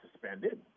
suspended